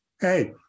hey